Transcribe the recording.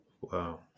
wow